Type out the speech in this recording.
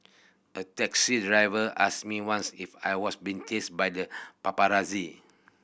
a taxi driver asked me once if I was being chased by the paparazzi